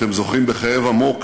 אתם זוכרים בכאב עמוק